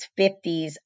50s